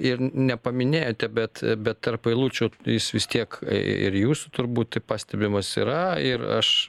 ir nepaminėjote bet bet tarp eilučių jis vis tiek i ir jūsų turbūt pastebimas yra ir aš